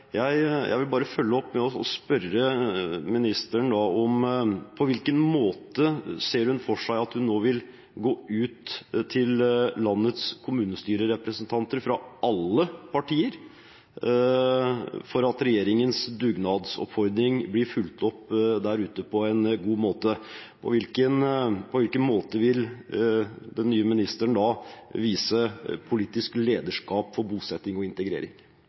Jeg takker for svaret. Jeg vil bare følge opp med å spørre ministeren: På hvilken måte ser hun for seg å gå ut til landets kommunestyrerepresentanter, fra alle partier, slik at regjeringens dugnadsoppfordring blir fulgt opp der ute på en god måte? På hvilken måte vil den nye ministeren vise politisk lederskap for bosetting og integrering?